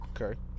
Okay